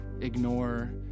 ignore